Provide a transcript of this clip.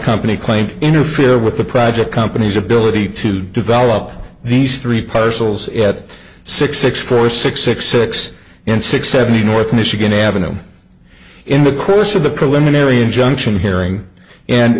company claimed interfere with the project company's ability to develop these three parcels at six explore six six six in six seventy north michigan avenue in the course of the preliminary injunction hearing and